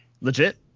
legit